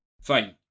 Fine